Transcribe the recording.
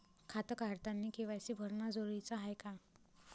खातं काढतानी के.वाय.सी भरनं जरुरीच हाय का?